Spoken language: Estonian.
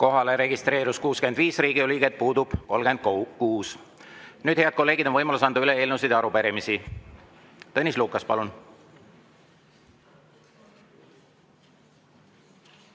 Kohalolijaks registreerus 65 Riigikogu liiget, puudub 36. Nüüd, head kolleegid, on võimalus anda üle eelnõusid ja arupärimisi. Tõnis Lukas, palun!